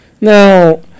Now